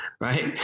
Right